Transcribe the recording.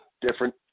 different